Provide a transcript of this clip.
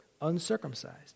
uncircumcised